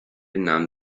nahm